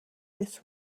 this